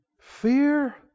Fear